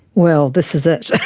well, this is it.